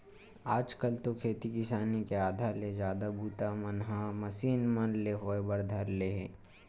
आज कल तो खेती किसानी के आधा ले जादा बूता मन ह मसीन मन ले होय बर धर ले हे